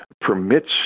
permits